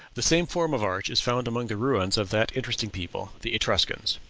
the same form of arch is found among the ruins of that interesting people, the etruscans.